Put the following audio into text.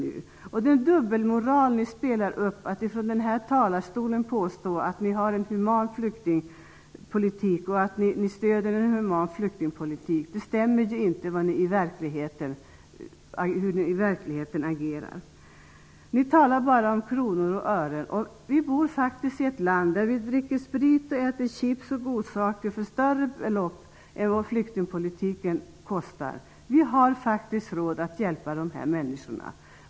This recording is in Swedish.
Det är en dubbelmoral som ni ger uttryck för när ni från denna talarstol påstår att er flyktingpolitik är human. Det stämmer inte med hur ni i verkligheten agerar. Ni talar bara om kronor och ören. Vi bor faktiskt i ett land där vi dricker sprit och äter chips och godsaker för större belopp än vad flyktingpolitiken kostar. Vi har råd att hjälpa de här människorna.